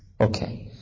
Okay